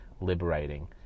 liberating